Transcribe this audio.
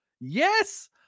Yes